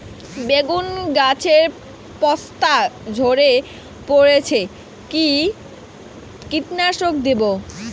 বেগুন গাছের পস্তা ঝরে পড়ছে কি কীটনাশক দেব?